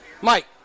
Mike